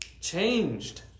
Changed